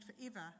forever